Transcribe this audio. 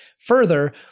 Further